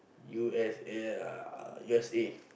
u_s_a ah u_s_a